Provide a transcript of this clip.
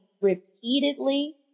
repeatedly